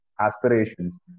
aspirations